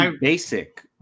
basic